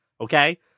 okay